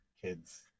kids